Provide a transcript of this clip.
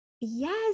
Yes